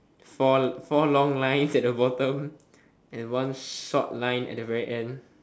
four four long lines at the bottom and one short line at the very end